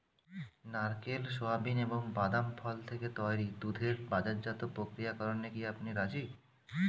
নারকেল, সোয়াবিন এবং বাদাম ফল থেকে তৈরি দুধের বাজারজাত প্রক্রিয়াকরণে কি আপনি রাজি?